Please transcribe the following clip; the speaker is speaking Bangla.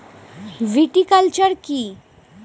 ভিটিকালচার কী?